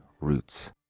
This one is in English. Roots